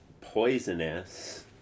poisonous